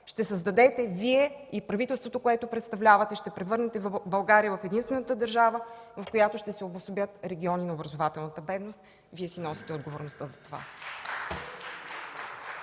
е напредъкът? Вие и правителството, което представлявате, ще превърнете България в единствената държава, в която ще се обособят региони на образователната бедност. Вие си носите отговорността за това!